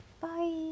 Bye